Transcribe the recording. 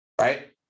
right